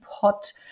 pot